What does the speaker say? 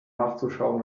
nachzuschauen